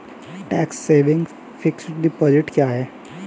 Tax saving fixed deposit क्या है?